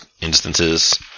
instances